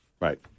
Right